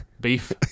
beef